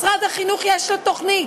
משרד החינוך יש לו תוכנית,